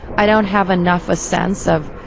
i don't have enough a sense of,